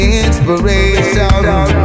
inspiration